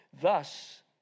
Thus